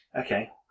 Okay